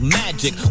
magic